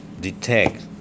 detect